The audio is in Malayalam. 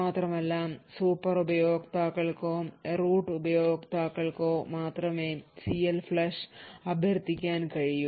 മാത്രമല്ല സൂപ്പർ ഉപയോക്താക്കൾക്കോ റൂട്ട് ഉപയോക്താക്കൾക്കോ മാത്രമേ CLFLUSH അഭ്യർത്ഥിക്കാൻ കഴിയൂ